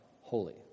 holy